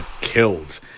killed